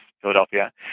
Philadelphia